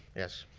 yes,